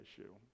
issue